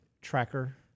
tracker